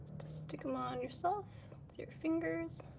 just stick them on yourself with your fingers.